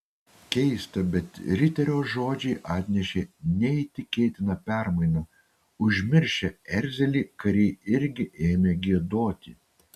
keista bet riterio žodžiai atnešė neįtikėtiną permainą užmiršę erzelį kariai irgi ėmė giedoti